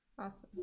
Awesome